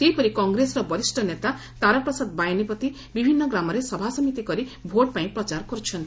ସେହିପରି କଂଗ୍ରେସର ବରିଷ ନେତା ତାରାପ୍ରସାଦ ବାହିନୀପତି ବିଭିନ୍ ଗ୍ରାମରେ ସଭାସମିତି କରି ଭୋଟ୍ପାଇଁ ପ୍ରଚାର କର୍ବଛନ୍ତି